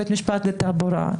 בית משפט לתעבורה,